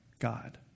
God